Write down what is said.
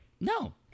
no